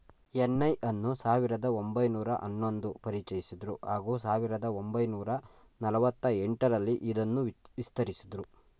NI ಅನ್ನು ಸಾವಿರದ ಒಂಬೈನೂರ ಹನ್ನೊಂದು ಪರಿಚಯಿಸಿದ್ರು ಹಾಗೂ ಸಾವಿರದ ಒಂಬೈನೂರ ನಲವತ್ತ ಎಂಟರಲ್ಲಿ ಇದನ್ನು ವಿಸ್ತರಿಸಿದ್ರು